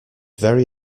very